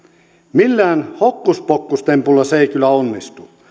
millään hokkuspokkustempulla se ei kyllä onnistu